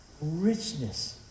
Richness